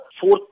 fourth